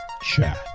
Chat